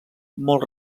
molt